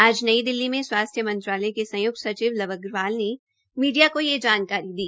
आज नई दिल्ली में स्वास्थ्य मंत्रालय के संय्क् सचिव लव अग्रवाल ने मीडिया को यह जानकारी दी